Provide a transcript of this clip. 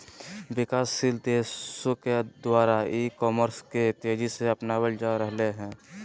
विकासशील देशों के द्वारा ई कॉमर्स के तेज़ी से अपनावल जा रहले हें